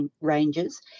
ranges